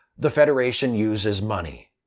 the federation uses money.